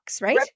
right